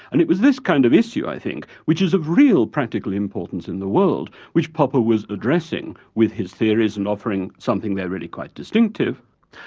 and it was this kind of issue, i think, which is of real practical importance in the world, which popper was addressing with his theories and offering something there really quite distinctive.